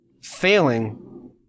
failing